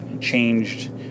changed